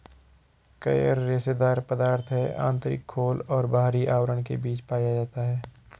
coir रेशेदार पदार्थ है आंतरिक खोल और बाहरी आवरण के बीच पाया जाता है